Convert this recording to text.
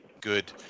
good